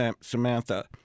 Samantha